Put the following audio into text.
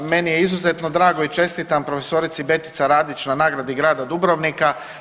Meni je izuzetno drago i čestitam profesorici Betica Radić na nagradi grada Dubrovnika.